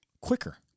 Quicker